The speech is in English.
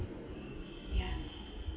yeah